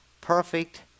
perfect